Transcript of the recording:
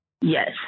yes